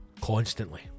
constantly